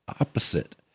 opposite